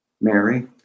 Mary